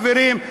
חברים,